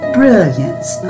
brilliance